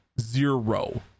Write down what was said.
Zero